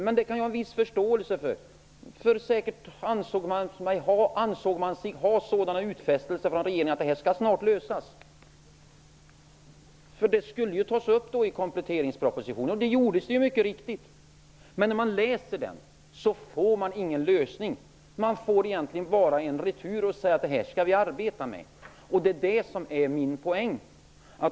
Men jag kan ha en viss förståelse för det. Man ansåg sig säkert ha fått sådana utfästelser från regeringen att man trodde att det snart skulle lösas. Det skulle ju tas upp i kompletteringspropositionen. Det gjordes ju också, men om vi läser den får vi ingen lösning. Vi får egentligen bara en retur som säger att man skall arbeta med detta. Det är detta som är min poäng.